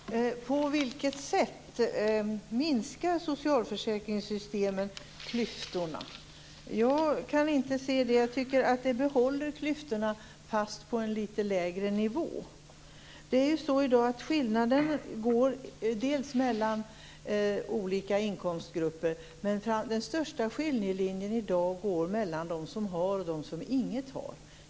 Fru talman! På vilket sätt minskar socialförsäkringssystemet klyftorna? Jag kan inte se det. Jag tycker att det behåller klyftorna, fast på en litet lägre nivå. Skillnaden finns bl.a. mellan olika inkomstgrupper. Men den största skiljelinjen i dag går mellan dem som har och dem som inget har.